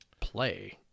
play